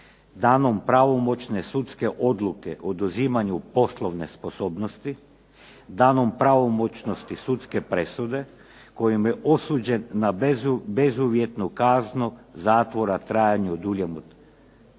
danom pravomoćne sudske odluke o oduzimanju poslovne sposobnosti, danom pravomoćnosti sudske presude kojom je osuđen na bezuvjetnu kaznu zatvora u trajanju duljem